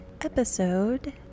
Episode